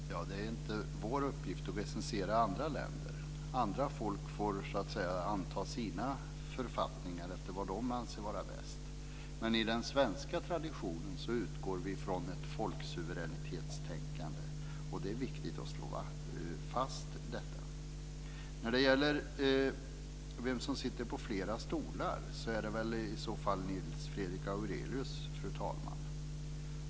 Fru talman! Det är inte vår uppgift att recensera andra länder. Andra folk får anta sina författningar efter vad de anser vara bäst. Men i den svenska traditionen utgår vi från ett folksuveränitetstänkande. Det är viktigt att slå fast detta. Fru talman! Den som sitter på flera stolar är i så fall Nils Fredrik Aurelius.